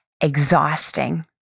exhausting